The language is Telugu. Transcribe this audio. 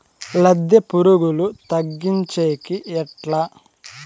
లద్దె పులుగులు తగ్గించేకి ఎట్లా?